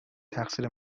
تقصیر